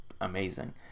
amazing